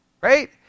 right